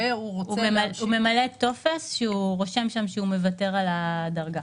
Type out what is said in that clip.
הוא ממלא טופס שהוא רושם שם שהוא מוותר על הדרגה